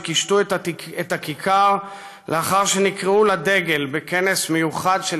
שקישטו את הכיכר לאחר שנקראו לדגל בכנס מיוחד של